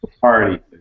Party